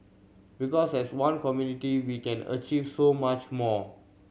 because as one community we can achieve so much more